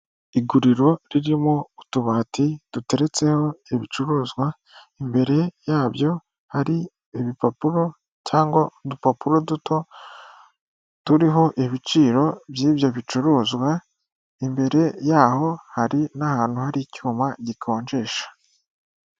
Iguriro ririmo utubati duteretseho ibicuruzwa, imbere yabyo hari ibipapuro cyangwa udupapuro duto turiho ibiciro by'ibyo bicuruzwa imbere yaho hari n'ahantu hari icyuma gikonjesha.